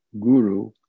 guru